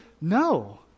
no